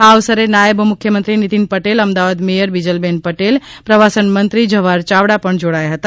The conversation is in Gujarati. આ અવસરે નાયબ મુખ્યમંત્રી નીતિન પટેલ અમદાવાદ મેયર બિજલબેન પટેલ પ્રવાસન મંત્રી જવાહર ચાવડા પણ જોડાયા હતા